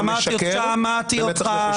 שמעתי אותך.